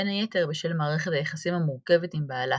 בין היתר בשל מערכת היחסים המורכבת עם בעלה,